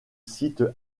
site